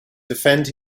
defend